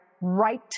right